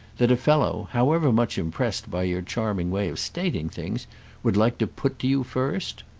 that a fellow however much impressed by your charming way of stating things would like to put to you first?